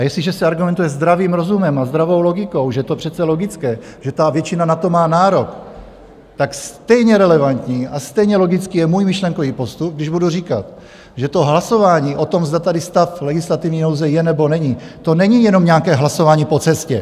Jestliže se argumentuje zdravým rozumem a zdravou logikou, že to přece je logické, že většina na to má nárok, tak stejně relevantní a stejně logický je můj myšlenkový postup, když budu říkat, že hlasování o tom, zda tady stav legislativní nouze je, nebo není, to není jenom nějaké hlasování po cestě.